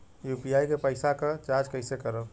UPI के पैसा क जांच कइसे करब?